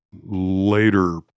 later